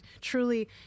truly